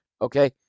okay